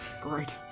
great